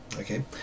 okay